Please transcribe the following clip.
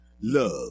love